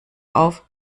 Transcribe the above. auf